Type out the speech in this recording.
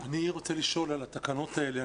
אני רוצה לשאול על התקנות האלה.